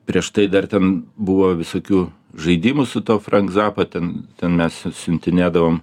prieš tai dar ten buvo visokių žaidimų su tuo frank zapa ten ten mes siu siuntinėdavom